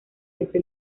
desde